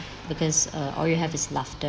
because uh all you have is laughter